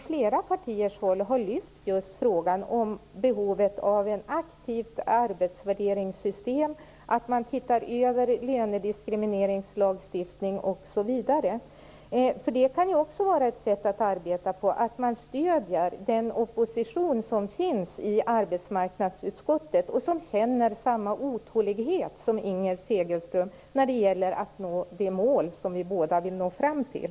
Flera partier har lyft fram frågan om behovet av ett aktivt arbetsvärderingssystem, behovet av översyn av lönediskrimineringslagstiftning osv. Det är också ett sätt att arbeta att stödja den opposition som finns i arbetsmarknadsutskottet och som känner samma otålighet som Inger Segelström när det gäller att nå de mål som vi båda vill nå fram till.